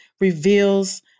reveals